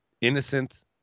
innocent